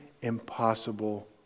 impossible